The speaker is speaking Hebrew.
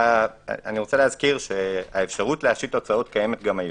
אני מזכיר שהאפשרות להשית הוצאות קיימת גם היום.